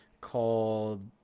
called